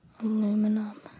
Aluminum